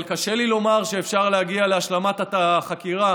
אבל קשה לי לומר שאפשר להגיע להשלמת החקירה